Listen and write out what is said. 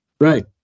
Right